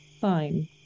Fine